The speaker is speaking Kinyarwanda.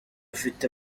afite